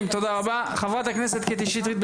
חברת הכנסת קטי שטרית.